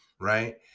right